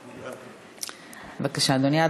בבקשה, אדוני.